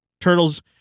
Turtles